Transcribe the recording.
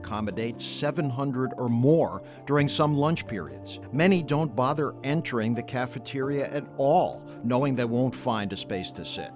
accommodate seven hundred or more during some lunch periods many don't bother entering the cafeteria at all knowing they won't find a space to say